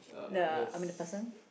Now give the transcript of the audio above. the I mean the person